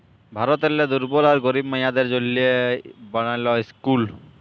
ভারতেরলে দুর্বল আর গরিব মাইয়াদের জ্যনহে বালাল ইসকুল